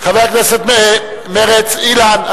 הכנסת, מרצ, אילן?